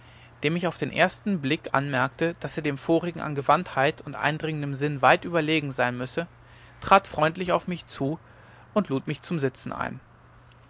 dem ich auf den ersten blick anmerkte daß er dem vorigen an gewandtheit und eindringenden sinn weit überlegen sein müsse trat freundlich auf mich zu und lud mich zum sitzen ein